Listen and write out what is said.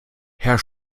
herr